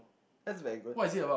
that's very good